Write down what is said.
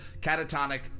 Catatonic